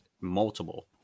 multiple